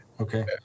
Okay